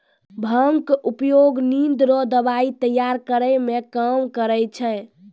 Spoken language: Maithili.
भांगक उपयोग निंद रो दबाइ तैयार करै मे काम करै छै